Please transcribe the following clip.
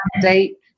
date